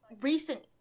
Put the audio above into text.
recent